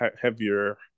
heavier